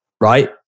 right